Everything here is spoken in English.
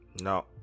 no